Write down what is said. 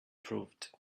proved